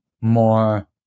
more